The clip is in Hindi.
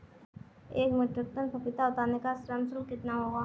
एक मीट्रिक टन पपीता उतारने का श्रम शुल्क कितना होगा?